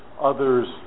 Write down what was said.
others